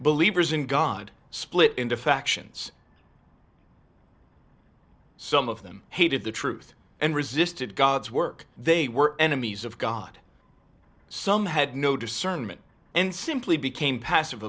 believers in god split into factions some of them hated the truth and resisted god's work they were enemies of god some had no discernment and simply became passive